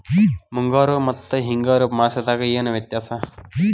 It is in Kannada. ಮುಂಗಾರು ಮತ್ತ ಹಿಂಗಾರು ಮಾಸದಾಗ ಏನ್ ವ್ಯತ್ಯಾಸ?